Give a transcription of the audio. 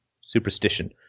superstition